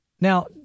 Now